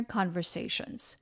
conversations